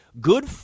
good